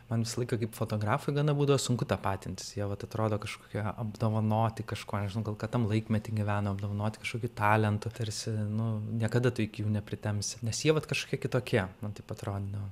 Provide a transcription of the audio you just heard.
man visą laiką kaip fotografui gana būdavo sunku tapatintis jie vat atrodo kažkokie apdovanoti kažko nežinau gal kad tam laikmety gyveno apdovanoti kažkokį talentu tarsi nu niekada tu iki jų nepritempsi nes jie vat kažkokie kitokie man taip atrodydavo